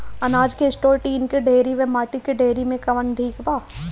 अनाज के store tin के डेहरी व माटी के डेहरी मे कवन ठीक बा?